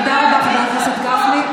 תודה רבה, חבר הכנסת גפני.